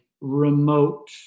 remote